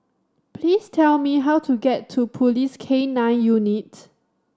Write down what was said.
please tell me how to get to Police K Nine Unit